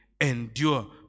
endure